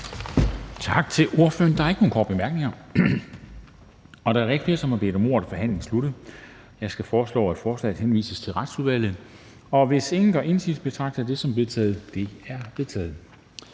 Tak til ordføreren. Der er ikke nogen korte bemærkninger. Da der ikke er flere, som har bedt om ordet, er forhandlingen sluttet. Jeg skal foreslå, at forslaget til folketingsbeslutning henvises til Retsudvalget. Hvis ingen gør indsigelse, betragter jeg det som vedtaget. Det er vedtaget.